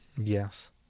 yes